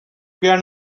trukean